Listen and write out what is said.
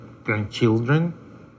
grandchildren